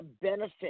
benefit